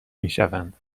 میشوند